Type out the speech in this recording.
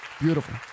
Beautiful